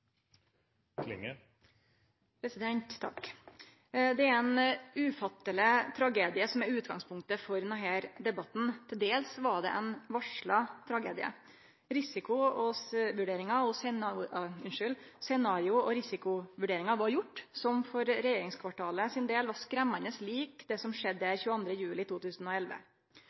Det er ein ufatteleg tragedie som er utgangspunktet for denne debatten. Til dels var det ein varsla tragedie: Scenario og risikovurderingar som var gjorde, var for regjeringskvartalet sin del skremmande like det som skjedde der 22. juli 2011.